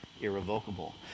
irrevocable